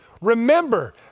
remember